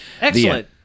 Excellent